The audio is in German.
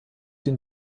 den